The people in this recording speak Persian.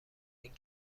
این